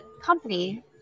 company